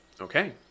Okay